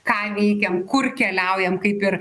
ką veikiam kur keliaujam kaip ir